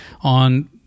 on